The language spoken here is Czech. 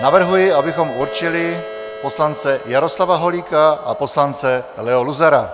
Navrhuji, abychom určili poslance Jaroslava Holíka a poslance Leo Luzara.